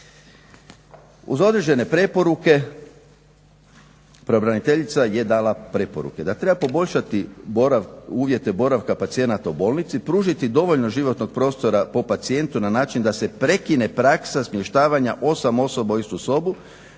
Uz određene preporuke pravobraniteljica je dala preporuke da treba poboljšati uvjete boravka pacijenata u bolnici, pružiti dovoljno životnog prostora po pacijentu na način da se prekine praksa smještavanja 8 osoba u istu sobu